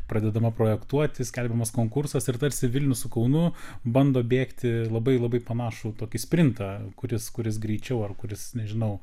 pradedama projektuoti skelbiamas konkursas ir tarsi vilnius su kaunu bando bėgti labai labai panašų tokį sprintą kuris kuris greičiau ar kuris nežinau